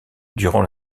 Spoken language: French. durant